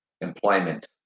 employment